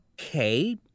Okay